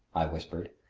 i whispered,